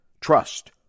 trust